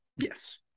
Yes